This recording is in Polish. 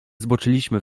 zboczyliśmy